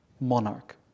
monarch